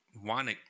one